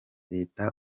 leta